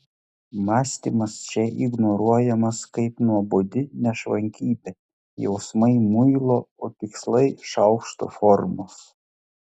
mąstymas čia ignoruojamas kaip nuobodi nešvankybė jausmai muilo o tikslai šaukšto formos